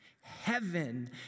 Heaven